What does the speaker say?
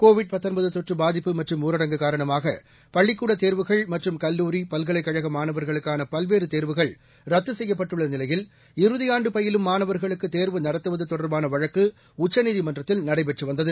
Covid தொற்று பாதிப்பு மற்றும் ஊரடங்கு காரணமாக பள்ளிக்கூட தேர்வுகள் மற்றும் கல்லூரி பல்கலைக்கழக மாணவர்களுக்கான பல்வேறு தேர்வுகள் ரத்து செய்யப்பட்டுள்ள நிலையில் இறுதியாண்டு பயிலும் மாணவர்களுக்கு தேர்வு நடத்துவது தொடர்பான வழக்கு உச்சநீதிமன்றத்தில் நடைபெற்று வந்தது